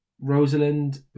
Rosalind